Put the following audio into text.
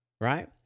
right